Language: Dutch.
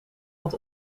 wat